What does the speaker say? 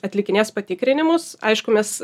atlikinės patikrinimus aišku mes